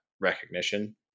recognition